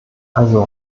also